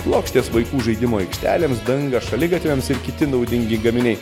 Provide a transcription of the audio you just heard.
plokštės vaikų žaidimų aikštelėms danga šaligatviams ir kiti naudingi gaminiai